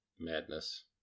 Madness